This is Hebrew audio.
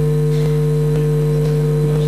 אמן.